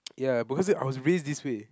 ya because I was raised this way